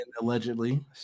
allegedly